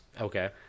Okay